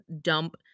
dump